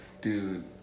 dude